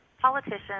politicians